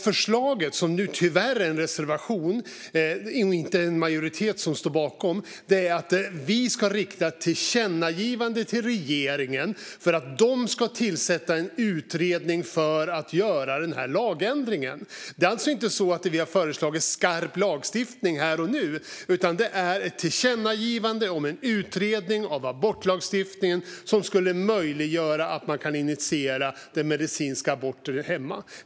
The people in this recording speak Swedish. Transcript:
Förslaget - som nu tyvärr är en reservation och inte något som en majoritet står bakom - är att vi ska rikta ett tillkännagivande till regeringen för att den ska tillsätta en utredning för att göra lagändringen. Vi har alltså inte föreslagit skarp lagstiftning här och nu, utan det handlar om ett tillkännagivande om en utredning av abortlagstiftningen som skulle möjliggöra att man initierar medicinska aborter hemma.